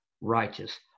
righteous